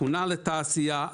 אפונה לתעשייה,